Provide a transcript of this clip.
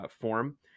form